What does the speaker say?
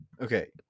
Okay